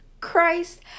Christ